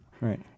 Right